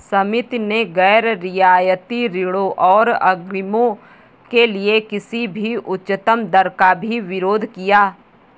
समिति ने गैर रियायती ऋणों और अग्रिमों के लिए किसी भी उच्चतम दर का भी विरोध किया